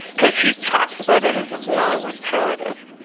because he talks about it as a moral imperative,